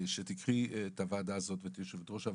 שתקחי את הוועדה הזאת ואת יושבת ראש הוועדה,